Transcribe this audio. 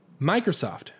Microsoft